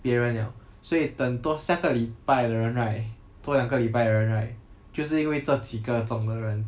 别人了所以等多下个礼拜的人 right 多两个礼拜的人 right 就是因为这几个中的人